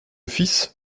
fils